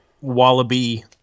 wallaby